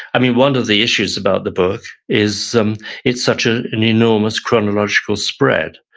i mean, one of the issues about the book is um it's such ah an enormous chronological spread.